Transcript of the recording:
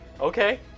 Okay